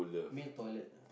male toilet